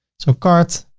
so cart,